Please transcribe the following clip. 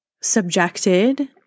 subjected